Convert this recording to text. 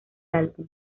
álbum